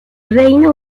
reino